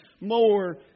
more